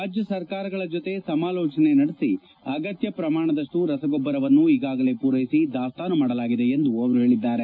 ರಾಜ್ಯ ಸರ್ಕಾರಗಳ ಜೊತೆ ಸಮಾಲೋಚನೆ ನಡೆಸಿ ಅಗತ್ಯ ಪ್ರಮಾಣದಪ್ಟು ರಸಗೊಬ್ಬರವನ್ನು ಈಗಾಗಲೇ ಪೂರೈಸಿ ದಾಸ್ತಾನು ಮಾಡಲಾಗಿದೆ ಎಂದು ಅವರು ಹೇಳಿದ್ದಾರೆ